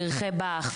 פרחי באך,